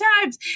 times